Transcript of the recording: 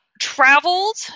traveled